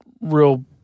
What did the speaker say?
real